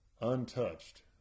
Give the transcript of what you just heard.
untouched